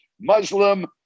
Muslim